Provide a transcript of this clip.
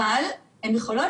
אבל הן יכולות